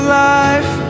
life